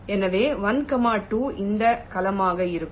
எனவே 1 கமா 2 இந்த கலமாக இருக்கும்